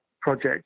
project